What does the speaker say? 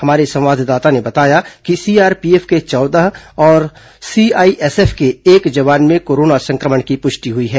हमारे संवाददाता ने बताया कि सीआरपीएफ के चौदह और सीआईएसएफ के एक जवान में कोरोना सं क्र मण की पुष्टि हई है